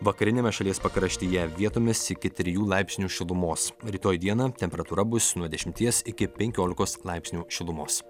vakariniame šalies pakraštyje vietomis iki trijų laipsnių šilumos o rytoj dieną temperatūra bus nuo dešimties iki penkiolikos laipsnių šilumos